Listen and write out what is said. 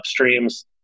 upstreams